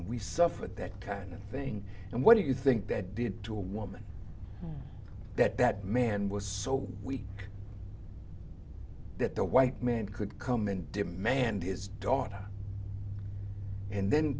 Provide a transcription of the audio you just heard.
we suffered that kind of thing and what do you think they did to a woman that that man was so weak that the white man could come and demand his daughter and then